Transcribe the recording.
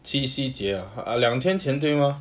七夕节 ah 两天前对吗